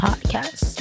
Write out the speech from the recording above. Podcast